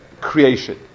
creation